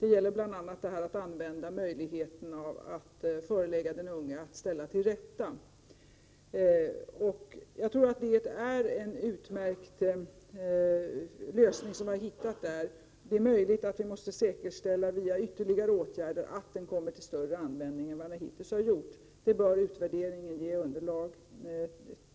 Det gäller bl.a. att använda möjligheten att förelägga den unge att ställa till rätta vad han har gjort. Jag tror att det är en utmärkt lösning som har tagits fram, men det är möjligt att det via ytterligare åtgärder måste säkerställas att den kommer till större användning än hittills. Utvärderingen bör ge underlag för det.